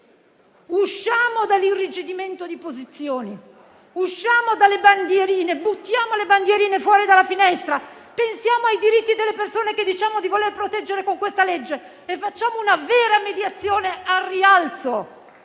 usciamo dall'irrigidimento di posizioni, usciamo dalle bandierine, buttiamole fuori dalla finestra, pensiamo ai diritti delle persone che diciamo di voler proteggere con questa legge e facciamo una vera mediazione al rialzo